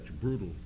brutal